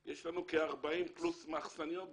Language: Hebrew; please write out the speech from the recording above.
יש לנו כ-40 פלוס מחסניות בעיר,